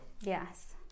yes